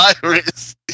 virus